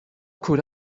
could